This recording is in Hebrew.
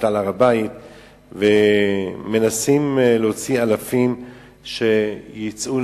על הר-הבית ומנסים להוציא אלפים להפגנות